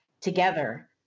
together